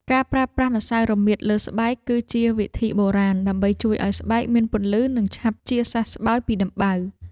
ការប្រើប្រាស់ម្សៅរមៀតលើស្បែក គឺជាវិធីបុរាណដើម្បីជួយឱ្យស្បែកមានពន្លឺ និងឆាប់ជាសះស្បើយពីដំបៅ។